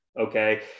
okay